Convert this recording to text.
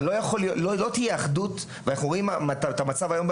לא תהיה אחדות ואנחנו רואים את המצב היום,